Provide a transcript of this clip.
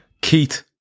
Keith